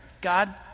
God